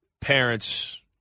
parents